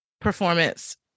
performance